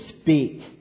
speak